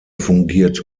fungiert